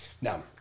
Now